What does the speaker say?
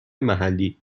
محلی